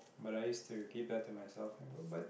but I used to keep that to myself and go but